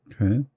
Okay